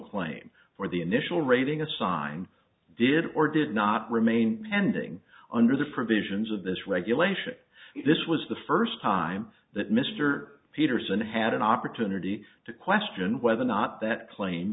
claim for the initial rating assigned did or did not remain pending under the provisions of this regulation this was the first time that mr peterson had an opportunity to question whether or not that claim